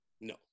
No